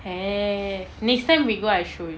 have next time we go I show you